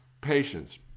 Patience